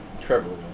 Trevor